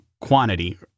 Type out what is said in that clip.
quantity